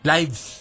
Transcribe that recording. Lives